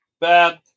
Bad